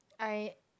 I